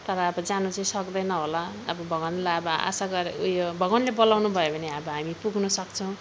तर अब जानु चाहिँ सक्दैन होला अब भगवानलाई अब आशा गर ऊ यो भगवानले बोलाउनुभयो भने अब हामी पुग्नु सक्छौँ